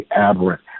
aberrant